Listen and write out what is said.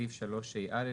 בסעיף 3ה(א),